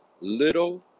Little